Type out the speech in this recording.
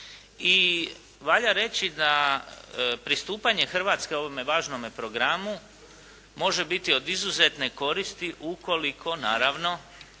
I valja reći da pristupanje Hrvatske ovome važnome programu može biti od izuzetne koristi ukoliko naravno